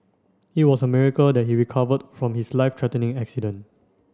it was a miracle that he recovered from his life threatening accident